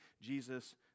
Jesus